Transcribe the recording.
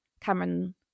cameron